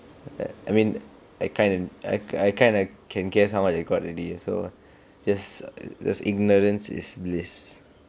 err I mean I kind of I I kinda can guess how much I got already so just just ignorance is bliss